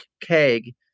keg